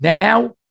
now